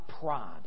pride